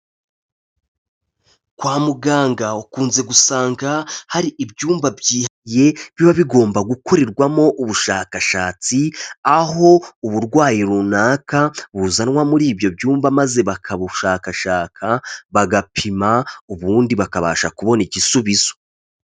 Kwa muganga, ukunze gusanga hari ibyumba byihariye biba bigomba gukorerwamo ubushakashatsi, aho uburwayi runaka buzanwa muri ibyo byumba maze bakabushakashaka, bagapima, ubundi bakabasha kubona igisubizo.